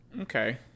Okay